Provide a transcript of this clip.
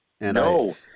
no